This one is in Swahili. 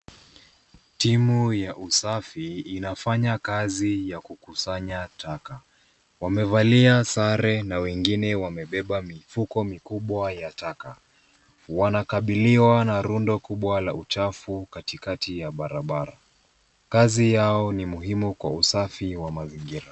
Timu ya usafi inafanya kazi ya kukusanya taka. Wamevalia sare na wengine wamebeba mifuko mikubwa ya taka. Wanakabiliwa na rundo kubwa la uchafu katikati ya barabara. Kazi yao ni muhimu kwa usafi ya mazingira.